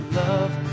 love